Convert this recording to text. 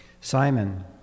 Simon